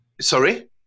Sorry